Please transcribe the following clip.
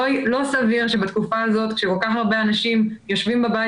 לא סביר שבתקופה הזאת כשכל כך הרבה אנשים יושבים בבית